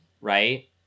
right